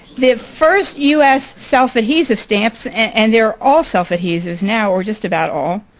the first u s. self-adhesive stamps and they are all self-adhesives now, or just about all,